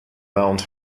mount